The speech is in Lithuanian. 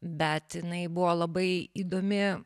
bet jinai buvo labai įdomi